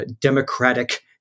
democratic